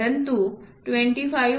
परंतु 25